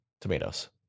tomatoes